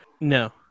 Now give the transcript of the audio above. No